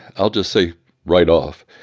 i'll just say right off,